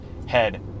head